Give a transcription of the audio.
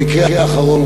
המקרה האחרון,